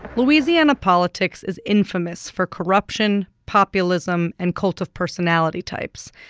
louisiana politics is infamous for corruption, populism and cult of personality types,